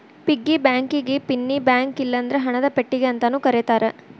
piggy ಬ್ಯಾಂಕಿಗಿ ಪಿನ್ನಿ bank ಇಲ್ಲಂದ್ರ ಹಣದ ಪೆಟ್ಟಿಗಿ ಅಂತಾನೂ ಕರೇತಾರ